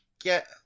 get